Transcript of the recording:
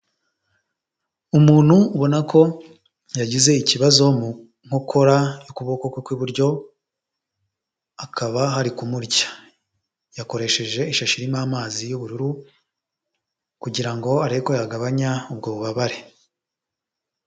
Umuntu ubona ko yagize ikibazo mu nkokora y'ukuboko kwe kw'iburyo, hakaba hari kumurya, yakoresheje ishashi irimo amazi y'ubururu kugira ngo arebe yagabanya ubwo bubabare.